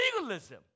legalism